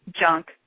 junk